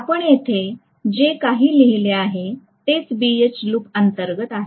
आपण येथे जे काही लिहिले आहे तेच BH लूप अंतर्गत आहे